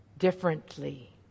differently